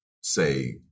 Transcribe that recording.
say